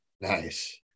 Nice